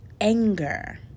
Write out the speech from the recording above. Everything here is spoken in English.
anger